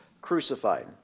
crucified